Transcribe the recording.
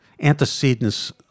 antecedents